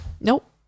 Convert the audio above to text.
nope